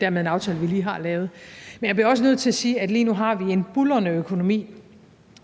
dermed en aftale, vi lige har lavet. Men jeg bliver også nødt til at sige, at vi lige nu har en buldrende økonomi,